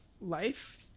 life